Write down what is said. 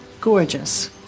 gorgeous